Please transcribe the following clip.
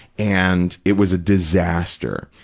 and it was disaster.